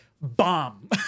bomb